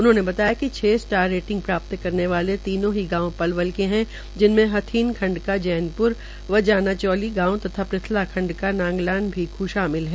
उन्होंने बताया कि छ सटार रेटिंग प्राप्त करने वाले तीन ही गांव के है जिनमें हथीन खंड का जैतपुर व जाना चौली गावं तथा पुथला खंड का नंगलान भीख् गांव शामिल है